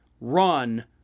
run